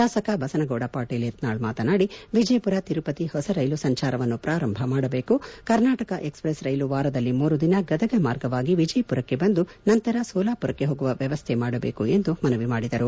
ಶಾಸಕ ಬಸನಗೌಡ ಪಾಟೀಲ್ ಯತ್ನಾಳ್ ಮಾತನಾಡಿ ವಿಜಯಮರ ತಿರುಪತಿ ಹೊಸ ರೈಲು ಸಂಚಾರವನ್ನು ಪೂರಂಭ ಮಾಡಬೇಕು ಕರ್ನಾಟಕ ಎಕ್ಸ್ಪ್ರೆಸ್ ರೈಲು ವಾರದಲ್ಲಿ ಮೂರು ದಿನ ಗದಗ ಮಾರ್ಗವಾಗಿ ವಿಜಯಮರಕ್ಕೆ ಬಂದು ನಂತರ ಸೋಲಾಮರಕ್ಕೆ ಹೋಗುವ ವ್ಯವಸ್ಥೆ ಮಾಡಬೇಕು ಎಂದು ಮನವಿ ಮಾಡಿದರು